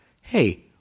Hey